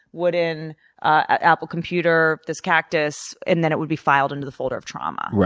wooden, ah apple computer, this cactus, and then it would be filed under the folder of trauma.